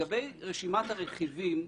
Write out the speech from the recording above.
לגבי רשימת הרכיבים,